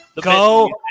Go